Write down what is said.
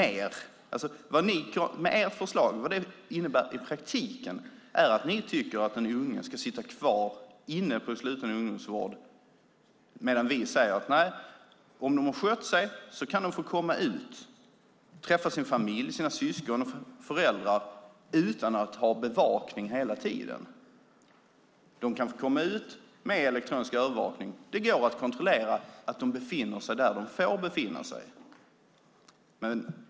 Ert förslag innebär i praktiken att de unga ska sitta kvar inne på en sluten ungdomsvård, medan vi säger: Om de sköter sig kan de få komma ut, träffa sin familj och sina syskon och föräldrar utan att ha bevakning hela tiden. De kan få komma ut med elektronisk övervakning. Det går att kontrollera att de befinner sig där de får befinna sig.